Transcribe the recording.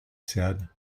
said